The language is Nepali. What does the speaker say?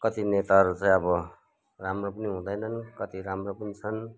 कति नेताहरू चाहिँ अब राम्रो पनि हुँदैनन् कति राम्रो पनि छन्